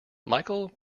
michael